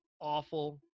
awful